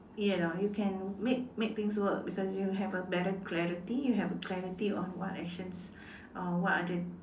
you know you can make make things work because you have a better clarity you have a clarity on what actions uh what are the